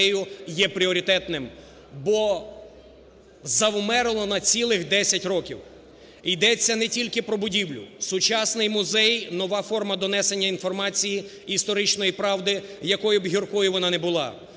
є пріоритетним, бо завмерло на цілих 10 років. Йдеться не тільки про будівлю. Сучасний музей – нова форма донесення інформації історичної правди, якою б гіркою вона не була.